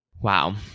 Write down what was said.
Wow